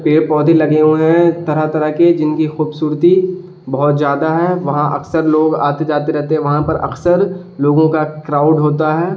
پیڑ پودے لگے ہوئے ہیں طرح طرح کے جن کی خوبصورتی بہت زیادہ ہے وہاں اکثر لوگ آتے جاتے رہتے ہیں وہاں پر اکثر لوگوں کا کراؤڈ ہوتا ہے